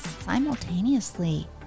simultaneously